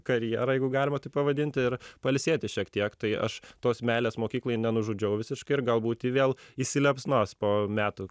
karjerą jeigu galima taip pavadinti ir pailsėti šiek tiek tai aš tos meilės mokyklai nenužudžiau visiškai ir gal būti vėl įsiliepsnos po metų